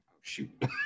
Shoot